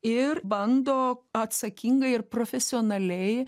ir bando atsakingai ir profesionaliai